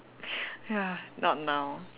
ya not now